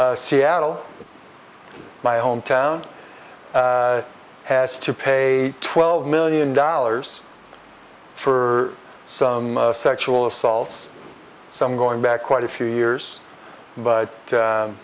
seattle my home town has to pay twelve million dollars for some sexual assaults some going back quite a few years but